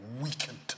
weakened